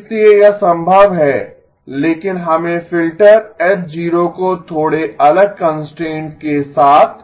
इसलिए यह संभव है लेकिन हमें फ़िल्टर H0 को थोड़े अलग कंस्ट्रेंट्स के साथ